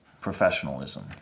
professionalism